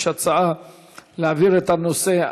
יש הצעה להעביר את הנושא,